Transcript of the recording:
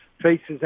faces